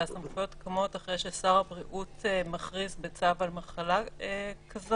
והסמכויות קמות אחרי ששר הבריאות מכריז בצו על מחלה כזאת.